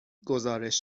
گزارش